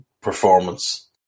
performance